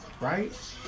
Right